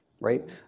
right